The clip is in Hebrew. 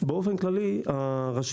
באופן כללי הרשויות